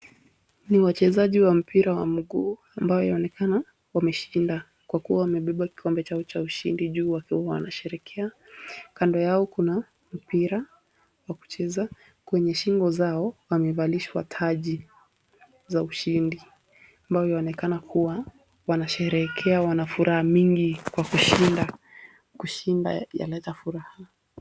Ni wachezaji wa mpira wa mguu ambayo yaonekana wameshinda kwa kuwa wamebeba kikombe chao cha ushindi juu wakiwa wanasherehekea. Kando yao kuna mpira wa kucheza . Kwenye shingoni zao wamevalishwa taji za ushindi ambayo yaonekana kuwa Wanasherehekea wana furaha mingi kwa kushinda. Kushinda yaleta furaha.